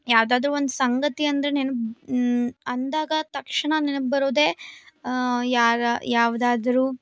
ಯಾವ್ದಾದ್ರೂ ಒಂದು ಸಂಗತಿ ಅಂದರೆ ನೆನ್ಪು ಅಂದಾಗ ತಕ್ಷಣ ನೆನಪು ಬರೋದೆ ಯಾರ ಯಾವ್ದಾದ್ರೂ